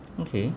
okay